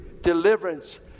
deliverance